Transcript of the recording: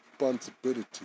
responsibility